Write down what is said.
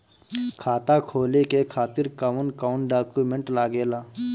खाता खोले के खातिर कौन कौन डॉक्यूमेंट लागेला?